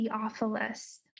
Theophilus